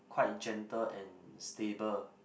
quite gentle and stable